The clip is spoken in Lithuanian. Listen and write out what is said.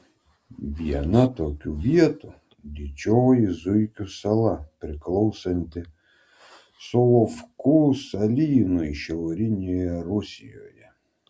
viena tokių vietų didžioji zuikių sala priklausanti solovkų salynui šiaurinėje rusijoje